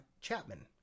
Chapman